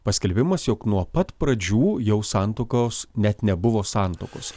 paskelbimas jog nuo pat pradžių jau santuokos net nebuvo santuokos